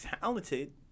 talented